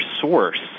source